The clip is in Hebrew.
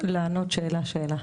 לענות שאלה שאלה.